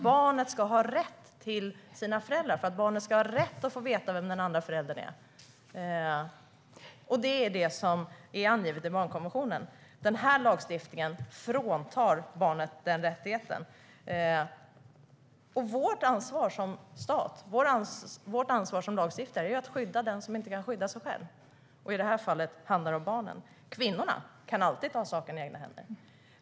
Barnet ska ha rätt till sina föräldrar och till att få veta vem den andra föräldern är. Det är det som är angivet i barnkonventionen. Den här lagstiftningen fråntar barnet den rättigheten. Vårt ansvar som lagstiftare är att skydda den som inte kan skydda sig själv. I det här fallet handlar det om barnen. Kvinnorna kan alltid ta sakerna i egna händer.